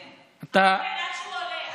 אחמד, עד שהוא עולה.